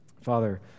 Father